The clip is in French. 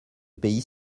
pays